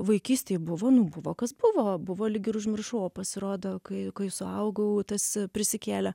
vaikystėj buvo nu buvo kas buvo buvo lyg ir užmiršau o pasirodo kai kai suaugau tas prisikėlė